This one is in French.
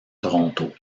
toronto